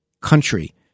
country